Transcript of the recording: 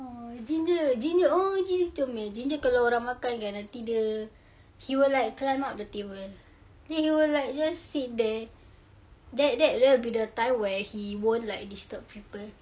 !aww! ginger ginger oo ginger comel ginger kalau orang makan kan nanti dia he will like climb up the table then he will like just sit there that that will be time where he won't like disturb people